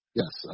yes